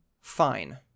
fine